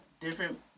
different